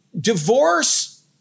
divorce